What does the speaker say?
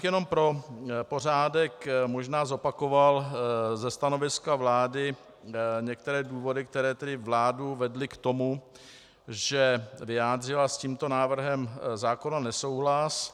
Jen pro pořádek bych možná zopakoval ze stanoviska vlády některé důvody, které vládu vedly k tomu, že vyjádřila s tímto návrhem zákona nesouhlas.